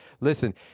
Listen